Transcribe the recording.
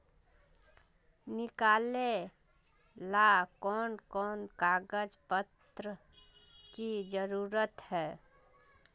निकाले ला कोन कोन कागज पत्र की जरूरत है?